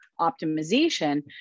optimization